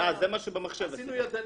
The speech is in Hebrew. עשינו ידני.